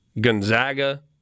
Gonzaga